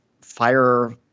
fire